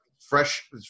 fresh